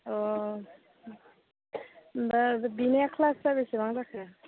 अ होमब्ला बिनिया क्लासआ बेसेबां जाखो